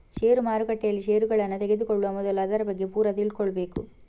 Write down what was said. ಷೇರು ಮಾರುಕಟ್ಟೆಯಲ್ಲಿ ಷೇರುಗಳನ್ನ ತೆಗೆದುಕೊಳ್ಳುವ ಮೊದಲು ಅದರ ಬಗ್ಗೆ ಪೂರ ತಿಳ್ಕೊಬೇಕು